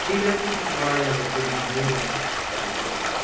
ঠিক আছে কি করা যাবে কেনা হয়ে গেছে আর কি করবো